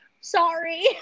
Sorry